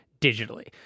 digitally